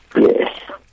Yes